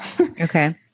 Okay